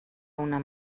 una